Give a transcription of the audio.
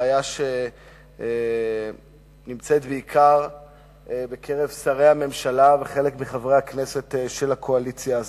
בעיה שנמצאת בעיקר בקרב שרי הממשלה וחלק מחברי הכנסת של הקואליציה הזאת.